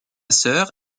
sœur